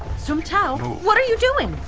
so um tao! move! what are you doing?